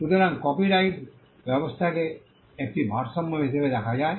সুতরাং কপিরাইট ব্যবস্থাকে একটি ভারসাম্য হিসাবে দেখা যায়